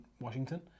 Washington